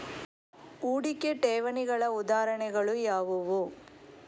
ಹೂಡಿಕೆ ಠೇವಣಿಗಳ ಉದಾಹರಣೆಗಳು ಯಾವುವು?